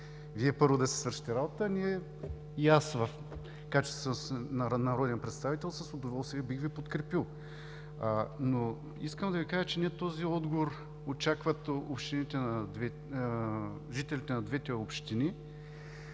Вие първо да си свършите работата, а ние и аз в качеството си на народен представител с удоволствие бих Ви подкрепил. Искам да Ви кажа, че не този отговор очакват жителите на двете общини,